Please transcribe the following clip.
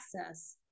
access